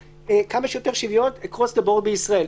כמה שיותר שוויוניות across the board בישראל,